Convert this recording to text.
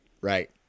right